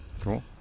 Cool